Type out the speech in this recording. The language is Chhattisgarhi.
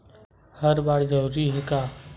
हर बार जरूरी हे का?